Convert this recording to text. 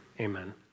amen